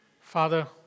Father